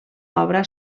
obra